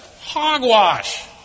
Hogwash